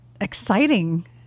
exciting